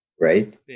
right